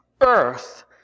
earth